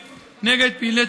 כך שנוכל להגיע לחוק